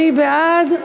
מי בעד?